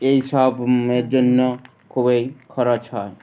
এই সব এর জন্য খুবই খরচ হয়